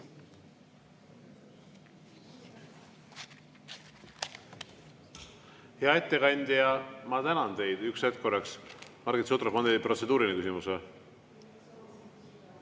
Hea ettekandja, ma tänan teid! Üks hetk korraks. Margit Sutrop, on teil protseduuriline küsimus?